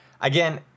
again